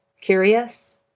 Curious